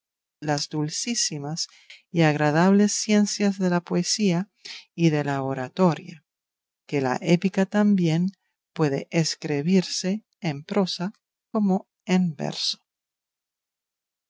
las dulcísimas y agradables ciencias de la poesía y de la oratoria que la épica también puede escrebirse en prosa como en verso